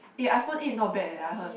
uh iPhone eight not bad I heard